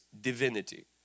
divinity